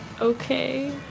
Okay